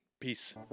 Peace